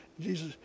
Jesus